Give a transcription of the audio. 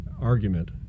argument